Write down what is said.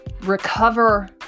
recover